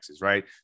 right